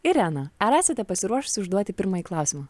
irena esate pasiruošusi užduoti pirmąjį klausimą